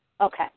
Okay